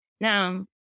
Now